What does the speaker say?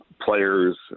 players